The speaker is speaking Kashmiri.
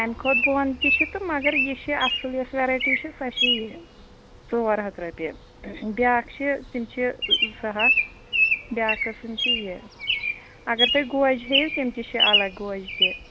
اَمہِ کھۄتہٕ بۄن تہِ چھِ تہٕ مگر یہِ چھِ اَصٕل یۄس ویٚرایٹی چھِ سۄ چھِ یہِ ژور ہَتھ رۄپیہِ بیٚاکھ چھِ تِم چھِ زٕ ہَتھ بیٚاکھ قٕسٕم چھِ یہِ اگر تُہۍ گوجہِ ہیٚیِو تِم تہِ چھِ الگ گوجہِ تہِ